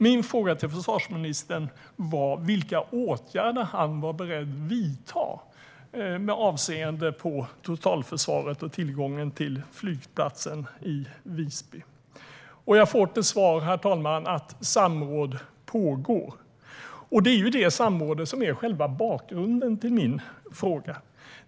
Min fråga till försvarsministern var vilka åtgärder han var beredd att vidta med avseende på totalförsvaret och tillgången till flygplatsen i Visby. Jag får till svar, herr talman, att samråd pågår. Det är just det samrådet som är själva bakgrunden till min fråga.